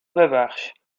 ببخش